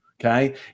Okay